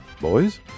Boys